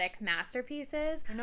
masterpieces